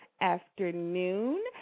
afternoon